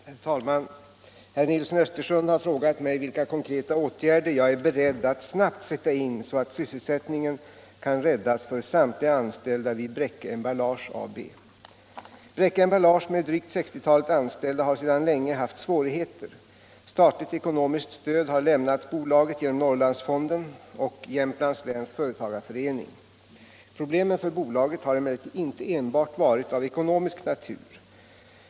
Herr talman! Herr Nilsson i Östersund har frågat mig vilka konkreta åtgärder jag är beredd att snabbt sätta in så att sysselsättningen kan räddas för samtliga anställda vid Bräcke Emballage AB. Bräcke Emballage med drygt 60-talet anställda har sedan länge haft svårigheter. Statligt ekonomiskt stöd har lämnats bolaget genom Norr = Nr 33 landsfonden och Jämtlands läns företagareförening. Problemen för bolaget har emellertid inte enbart varit av ekonomisk natur.